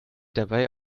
dabei